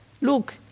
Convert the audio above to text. Look